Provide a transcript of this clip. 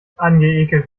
angeekelt